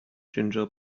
ginger